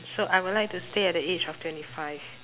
so I would like to stay at the age of twenty five